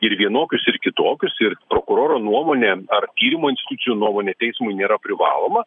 ir vienokius ir kitokius ir prokuroro nuomonė ar tyrimo institucijų nuomonė teismui nėra privaloma